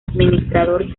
administrador